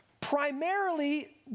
primarily